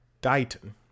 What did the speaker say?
Dighton